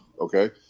okay